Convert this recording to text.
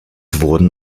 wurden